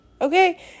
okay